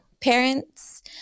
parents